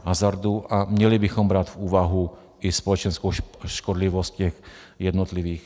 A měli bychom brát v úvahu i společenskou škodlivost těch jednotlivých...